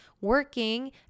working